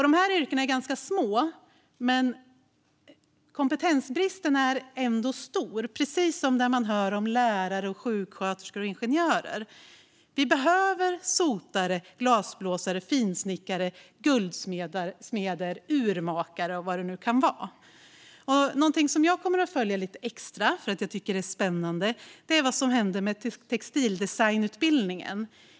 De yrkena är ganska små, men kompetensbristen är ändå stor, precis som när man hör om lärare, sjuksköterskor och ingenjörer. Vi behöver sotare, glasblåsare, finsnickare, guldsmeder, urmakare och vad det nu kan vara. Något som jag kommer att följa lite extra för att jag tycker att det är spännande är vad som händer med textildesignutbildningen.